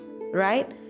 right